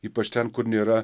ypač ten kur nėra